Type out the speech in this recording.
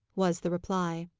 was the reply.